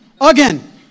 again